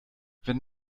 wenn